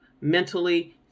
mentally